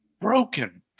Broken